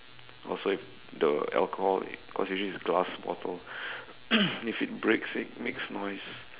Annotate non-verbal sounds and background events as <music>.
also if the alcohol cause usually it's glass bottle <coughs> if it breaks it makes noise